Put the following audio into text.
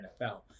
NFL